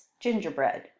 Gingerbread